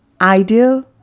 ideal